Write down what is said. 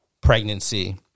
pregnancy